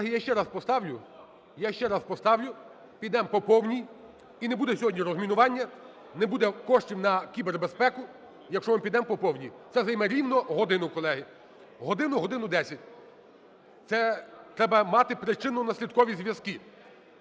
Колеги, я ще раз поставлю. Я ще раз поставлю. Підемо по повній і не буде сьогодні розмінування. Не буде коштів на кібербезпеку, якщо ми підемо по повній. Це займе рівно годину, колеги, годину-годину десять. Це треба мати причино-наслідкові зв'язки: